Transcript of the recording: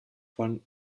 von